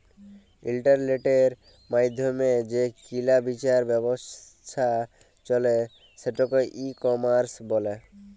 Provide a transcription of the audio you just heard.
ইলটারলেটের মাইধ্যমে যে কিলা বিচার ব্যাবছা চলে সেটকে ই কমার্স ব্যলে